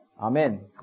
Amen